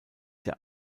der